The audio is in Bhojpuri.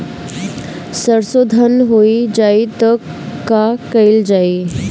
सरसो धन हो जाई त का कयील जाई?